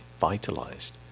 vitalized